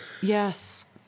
yes